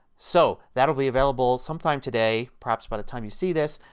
so that will be available sometime today, perhaps by the time you see this,